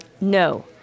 No